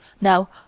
Now